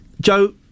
joe